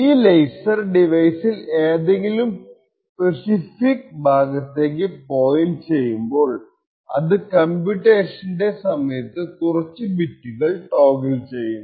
ഈ ലേസർ ഡിവൈസിൽ ഏതെങ്കിലും സ്പെസിഫിക്ക് ഭാഗത്തേക്ക് പോയിൻറ് ചെയ്യുമ്പോൾ അത് കംപ്യൂട്ടേഷന്റെ സമയത്തു കുറച്ചു ബിറ്റുകൾ ടോഗ്ൾ ചെയ്യുന്നു